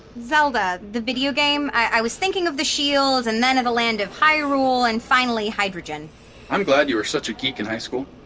zelda, the video game. game. i was thinking of the shield, and then of the land of hyrule, and finally hydrogen i'm glad you were such a geek in high school